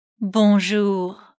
Bonjour